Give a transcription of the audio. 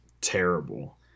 terrible